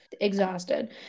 exhausted